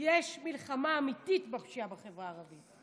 יש מלחמה אמיתית בפשיעה בחברה הערבית,